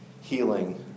healing